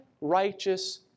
righteous